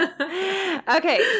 Okay